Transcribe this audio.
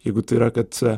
jeigu tai yra kad